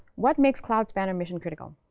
what makes cloud spanner mission critical?